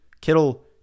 Kittle